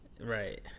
Right